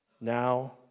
now